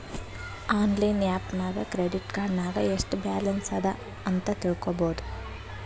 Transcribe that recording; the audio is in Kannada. ಆನ್ಲೈನ್ ಆ್ಯಪ್ ನಾಗ್ ಕ್ರೆಡಿಟ್ ಕಾರ್ಡ್ ನಾಗ್ ಎಸ್ಟ್ ಬ್ಯಾಲನ್ಸ್ ಅದಾ ಅಂತ್ ತಿಳ್ಕೊಬೋದು